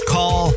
Call